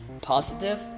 positive